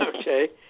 Okay